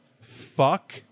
fuck